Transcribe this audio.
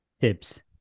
tips